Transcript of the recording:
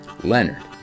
Leonard